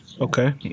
Okay